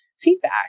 feedback